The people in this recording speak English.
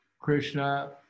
Krishna